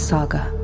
Saga